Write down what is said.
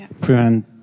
prevent